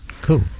Cool